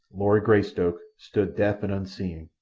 lord greystoke, stood deaf and unseeing,